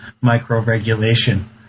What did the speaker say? micro-regulation